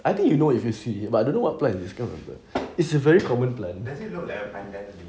I think you know if you see but don't know what plant is discovered but it's a very common plant